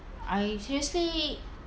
I seriously